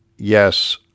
Yes